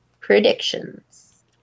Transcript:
predictions